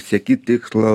sieki tikslo